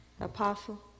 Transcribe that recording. Apostle